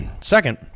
second